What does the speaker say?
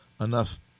enough